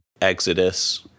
Exodus